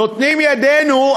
נותנים ידנו,